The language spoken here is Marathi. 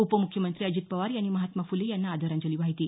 उपमुख्यमंत्री अजित पवार यांनी महात्मा फुले यांना आदरांजली वाहिली